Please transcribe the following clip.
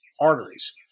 arteries